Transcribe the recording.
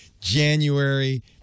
January